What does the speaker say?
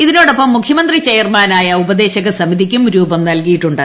ഇതിനൊപ്പം മുഖ്യമന്ത്രി ചെ്യർമാനായ ഉപദേശക സമിതിയ്ക്കും രൂപം നൽകിയിട്ടുണ്ട്